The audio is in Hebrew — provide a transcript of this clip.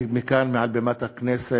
אני מכאן, מעל בימת הכנסת,